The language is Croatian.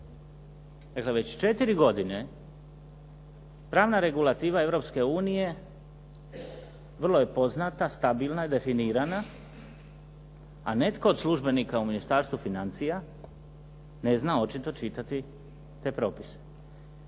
Dakle već 4 godine pravna regulativa Europske unije vrlo je poznata, stabilna, definirana, a netko od službenika u Ministarstvu financija ne zna očito čitati te propise.